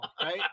right